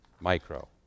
micro